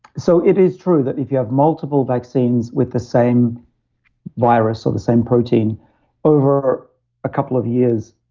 so it is true that if you have multiple vaccines with the same virus or the same protein over a couple of years,